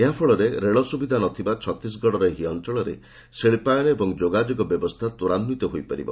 ଏହା ଫଳରେ ରେଳ ସୁବିଧା ନ ଥିବା ଛତିଶଗଡ଼ର ଏହି ଅଞ୍ଚଳରେ ଶିଳ୍ପାୟନ ଓ ଯୋଗାଯୋଗ ବ୍ୟବସ୍ଥା ତ୍ୱରାନ୍ୱିତ ହୋଇପାରିବ